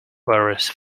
whereas